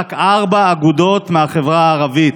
רק ארבע אגודות בחברה הערבית,